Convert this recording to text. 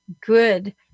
good